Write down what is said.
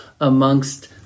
amongst